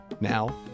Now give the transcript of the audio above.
Now